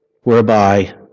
whereby